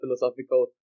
philosophical